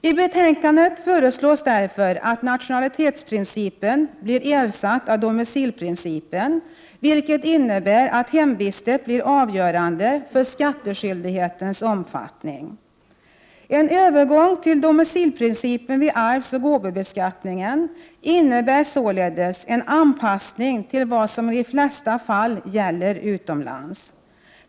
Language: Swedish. I betänkandet föreslås därför att nationalitetsprincipen blir ersatt av domicilprincipen, vilket innebär att hemvistet blir avgörande för skattskyldighetens omfattning. En övergång till domicilprincipen vid arvsoch gåvobeskattningen innebär således en anpassning till vad som i de flesta fall gäller utomlands.